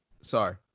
Sorry